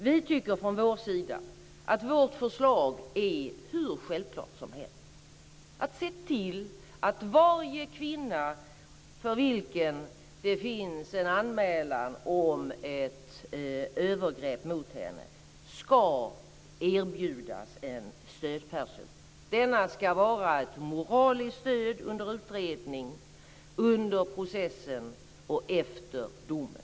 Vi tycker från vår sida att vårt förslag är hur självklart som helst, dvs. att se till att varje kvinna för vilken det finns en anmälan om ett övergrepp mot henne ska erbjudas en stödperson. Denna ska vara ett moraliskt stöd under utredningen, under processen och efter domen.